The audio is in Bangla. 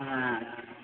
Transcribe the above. হ্যাঁ